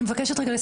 אני מבקשת רגע,